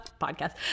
podcast